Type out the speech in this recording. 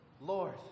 Lord